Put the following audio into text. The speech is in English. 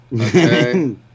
Okay